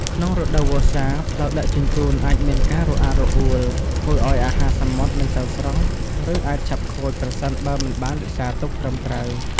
ក្នុងរដូវវស្សា ផ្លូវដឹកជញ្ជូនអាចមានការរអាក់រអួល ធ្វើឱ្យអាហារសមុទ្រមិនសូវស្រស់ ឬអាចឆាប់ខូចប្រសិនបើមិនបានរក្សាទុកត្រឹមត្រូវ។